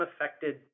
affected